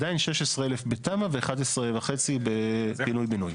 עדיין 16,000 בתמ"א ו-11,500 בפינוי בינוי.